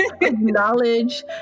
knowledge